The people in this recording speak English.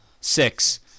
Six